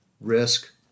risk